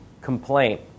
complaint